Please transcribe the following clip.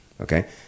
okay